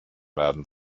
werden